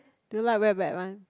do you like wet wet one